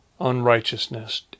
unrighteousness